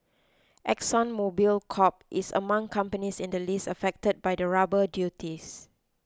Exxon Mobil Corp is among companies in the list affected by the rubber duties